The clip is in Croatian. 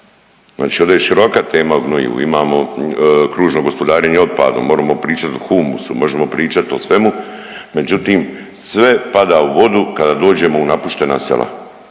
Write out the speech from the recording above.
Znači ovdje je široka tema o gnojivu, imamo kružno gospodarenje otpadom, moremo pričati o humusu, možemo pričati o svemu, međutim sve pada u vodu kada dođemo u napuštena u sela,